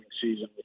season